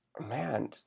Man